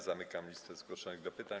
Zamykam listę zgłoszonych do pytań.